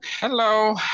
Hello